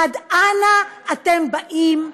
עד אנה אתם באים,